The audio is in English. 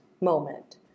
moment